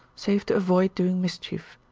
save to avoid doing mischief.